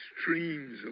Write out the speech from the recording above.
streams